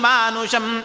Manusham